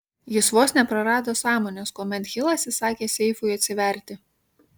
jis vos neprarado sąmonės kuomet hilas įsakė seifui atsiverti